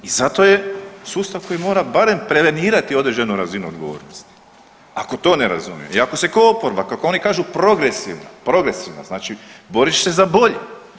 I zato je sustav koji mora barem prevenirati određenu razinu odgovornosti ako to ne razumiju i ako se kao oporba, kako oni kažu progresivno, progresivno, znači boriš se za bolje.